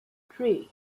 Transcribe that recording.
three